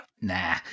Nah